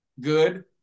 good